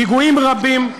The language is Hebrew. פיגועים רבים,